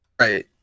right